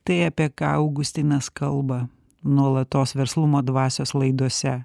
tai apie ką augustinas kalba nuolatos verslumo dvasios laidose